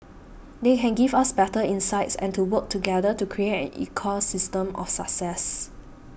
they can give us better insights and to work together to create an ecosystem of success